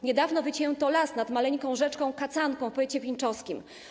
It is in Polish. Niedawno wycięto las nad maleńką rzeczką Kacanką w powiecie pińczowskim.